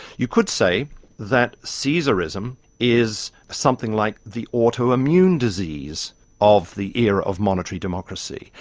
you could say that caesarism is something like the autoimmune disease of the era of monitory democracy.